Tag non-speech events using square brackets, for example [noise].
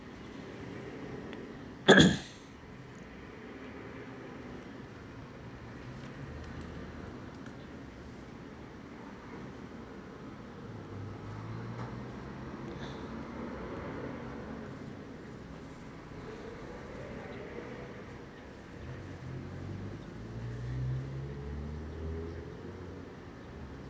[coughs]